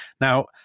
Now